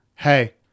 Hey